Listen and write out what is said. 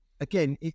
again